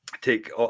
take